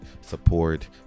support